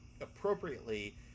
appropriately